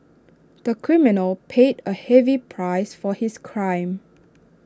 the criminal paid A heavy price for his crime